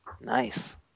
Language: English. Nice